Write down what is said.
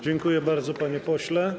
Dziękuję bardzo, panie pośle.